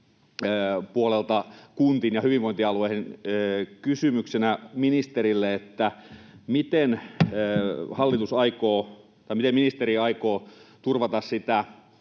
puolelta kunnissa ja hyvinvointialueilla. Kysymys ministerille: miten ministeri aikoo turvata sitä